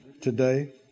today